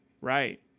Right